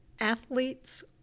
athletes